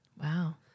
Wow